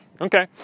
Okay